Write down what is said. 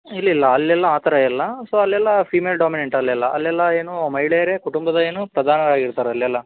ಇಲ್ಲಿಲ್ಲ ಅಲ್ಲೆಲ್ಲ ಆ ಥರ ಎಲ್ಲ ಸೊ ಅಲ್ಲೆಲ್ಲ ಫೀಮೇಲ್ ಡಾಮಿನೆಂಟ್ ಅಲ್ಲೆಲ್ಲ ಅಲ್ಲೆಲ್ಲ ಏನು ಮಹಿಳೆಯರೇ ಕುಟುಂಬದ ಏನು ಪ್ರಧಾನವಾಗಿರ್ತಾರೆ ಅಲ್ಲೆಲ್ಲ